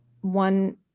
one